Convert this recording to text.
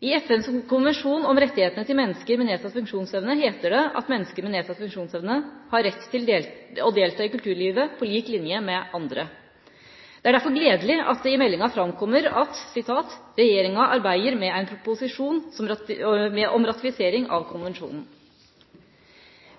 I FNs konvensjon om rettighetene til mennesker med nedsatt funksjonsevne heter det at mennesker med nedsatt funksjonsevne har rett til å delta i kulturlivet på lik linje med andre. Det er derfor gledelig at det i meldinga framkommer at «Regjeringa arbeider med ein proposisjon om ratifisering av konvensjonen».